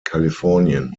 kalifornien